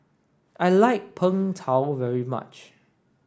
I like Png Tao very much